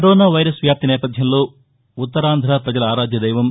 corona virus వ్యాప్తి నేపథ్యంలో ఉత్తరాంధ్ర ప్రజల ఆరాధ్య దైవం